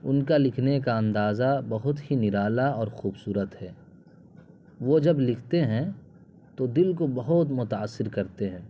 ان کا لکھنے کا اندازہ بہت ہی نرالا اور خوبصورت ہے وہ جب لکھتے ہیں تو دل کو بہت متاثر کرتے ہیں